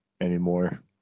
anymore